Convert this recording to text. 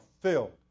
filled